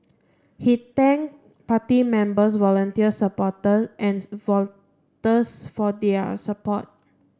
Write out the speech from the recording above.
he thanked party members volunteers supporters and voters for their support